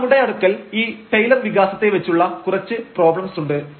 ഇനി നമ്മുടെ അടുക്കൽ ഈ ടൈലർ വികാസത്തെ വച്ചുള്ള കുറച്ചു പ്രശ്നം ഉണ്ട്